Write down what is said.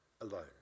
alone